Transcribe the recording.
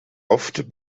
oft